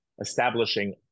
establishing